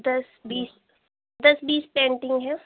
दस बीस दस बीस पेंटिंग है